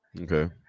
Okay